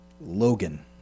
Logan